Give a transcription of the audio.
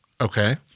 Okay